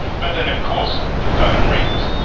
but then, of course, the the phone rings.